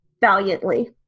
valiantly